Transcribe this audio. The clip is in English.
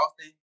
Austin